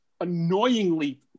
annoyingly